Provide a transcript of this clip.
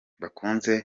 bakunze